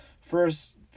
first